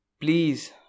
Please